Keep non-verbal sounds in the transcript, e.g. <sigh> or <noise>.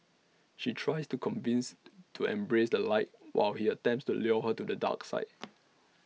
she tries to convince to embrace the light while he attempts to lure her to the dark side <noise>